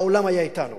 העולם היה אתנו.